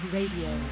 Radio